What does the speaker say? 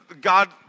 God